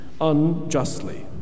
unjustly